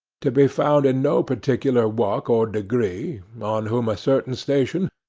to be found in no particular walk or degree, on whom a certain station,